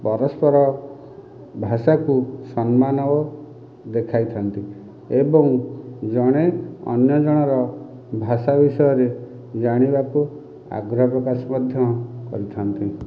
ପରସ୍ପର ଭାଷାକୁ ସମ୍ମାନ ଓ ଦେଖାଇଥାନ୍ତି ଏବଂ ଜଣେ ଅନ୍ୟଜଣର ଭାଷା ବିଷୟରେ ଜାଣିବାକୁ ଆଗ୍ରହ ପ୍ରକାଶ ମଧ୍ୟ କରିଥାଆନ୍ତି